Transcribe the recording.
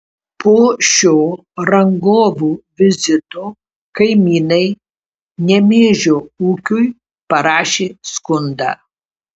po šio rangovų vizito kaimynai nemėžio ūkiui parašė skundą